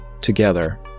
together